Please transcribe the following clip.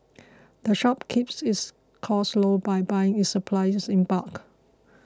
the shop keeps its costs low by buying its supplies in bulk